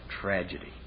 tragedy